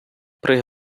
при